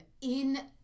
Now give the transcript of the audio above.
in-